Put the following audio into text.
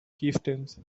chieftains